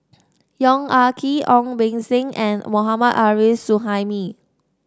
Yong Ah Kee Ong Beng Seng and Mohammad Arif Suhaimi